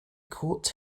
court